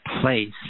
place